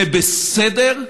זה בסדר?